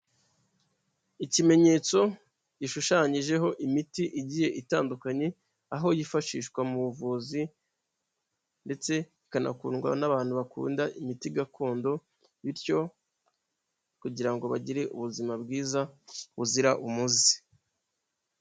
Ikimenyetso gishushanyijeho imiti igiye itandukanye aho yifashishwa mu buvuzi ndetse ikanakundwa n'abantu bakunda imiti gakondo bityo kugira ngo bagire ubuzima bwiza buzira umuze.